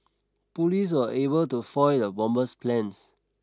police were able to foil the bomber's plans